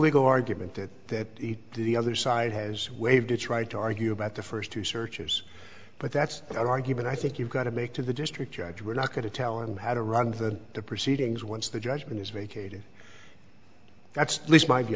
legal argument that the other side has waived to try to argue about the first two searchers but that's our argument i think you've got to make to the district judge we're not going to tell him how to run the proceedings once the judgment is vacated that's least my view